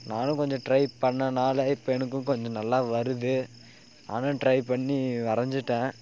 நானும் கொஞ்சம் ட்ரை பண்ணனால் இப்போ எனக்கும் கொஞ்சம் நல்லா வருது நானும் ட்ரை பண்ணி வரைஞ்சிட்டேன்